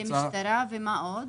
זה כולל משטרה ומה עוד?